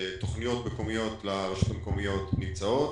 תוכניות מקומיות לרשויות המקומיות נמצאות,